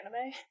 anime